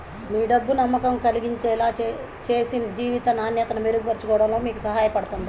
మీకు డబ్బు నమ్మకం కలిగించేలా చేసి జీవిత నాణ్యతను మెరుగుపరచడంలో మీకు సహాయపడుతుంది